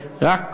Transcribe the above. רק